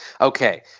Okay